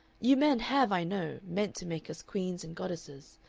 you men have, i know, meant to make us queens and goddesses,